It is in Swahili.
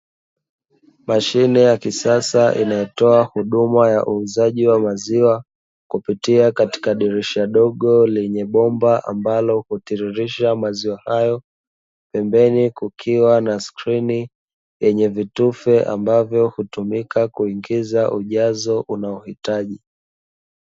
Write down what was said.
Mashine ya kisasa inayotoa huduma ya huuzaji maziwa, kupitia dirisha dogo ambalo linabomba, lakutiririsha maziwa hayo pembeni kukiwa na kioo chenye vitufe ambavyo hutumika kuingiza ujazo unao uhitaji.